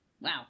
wow